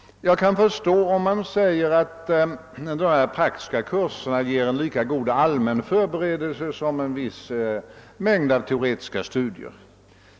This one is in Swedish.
Jag kan förstå, om någon säger att dessa praktiska kurser ger en lika god allmän förberedelse som en viss mängd av teoretiska studier.